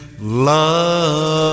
love